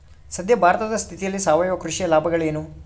ಸದ್ಯ ಭಾರತದ ಸ್ಥಿತಿಯಲ್ಲಿ ಸಾವಯವ ಕೃಷಿಯ ಲಾಭಗಳೇನು?